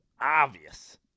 obvious